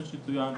כפי שצוין,